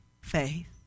faith